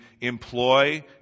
employ